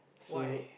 why